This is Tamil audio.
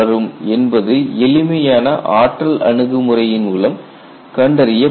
என்பது எளிமையான ஆற்றல் அணுகுமுறையின் மூலம் கண்டறியப்படுகிறது